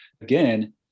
again